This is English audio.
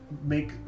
make